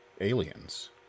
aliens